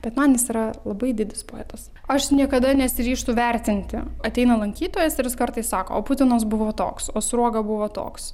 bet man jis yra labai didis poetas aš niekada nesiryžtu vertinti ateina lankytojas ir jis kartais sako o putinas buvo toks o sruoga buvo toks